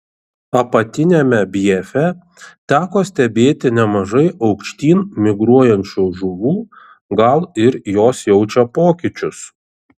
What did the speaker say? apatiniame bjefe teko stebėti nemažai aukštyn migruojančių žuvų gal ir jos jaučia pokyčius